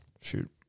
Shoot